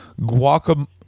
guacamole